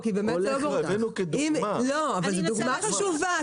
זאת דוגמה חשובה.